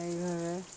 এইভাবে